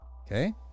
Okay